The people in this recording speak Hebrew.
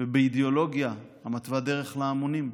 ובאידיאולוגיה המתווה דרך להמונים,